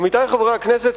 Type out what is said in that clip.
עמיתי חברי הכנסת,